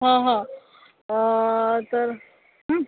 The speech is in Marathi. हं हं तर